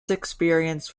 experience